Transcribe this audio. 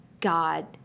God